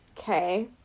okay